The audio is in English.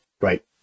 right